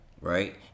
right